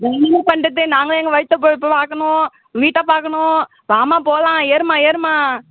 நாங்கள் என்ன பண்ணுறது நாங்களும் எங்கள் வயிற்று பிழப்பை பார்க்கணும் வீட்டை பார்க்கணும் வாம்மா போகலாம் ஏறும்மா ஏறும்மா